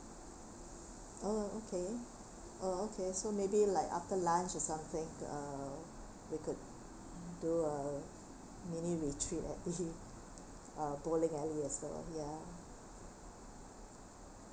ah okay ah okay so maybe like after lunch or something uh they could do a mini retreat alley uh bowling alley as well ya